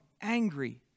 angry